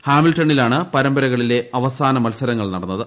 ഹാമിൽട്ടണിലാണ് പരമ്പരകളിലെ അവസാന മത്സരങ്ങൾ നടന്നത്